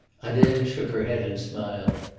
adele shook her head and smiled.